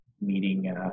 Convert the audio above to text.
meeting